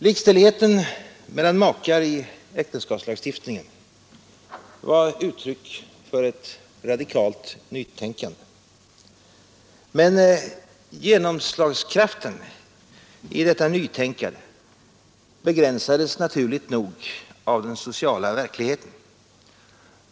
Likställigheten mellan makar i äktenskapslagstiftningen var uttryck för ett radikalt nytänkande. Men genomslagskraften i detta nytänkande begränsades naturligt nog av den sociala verkligheten.